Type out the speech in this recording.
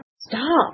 stop